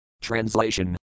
TRANSLATION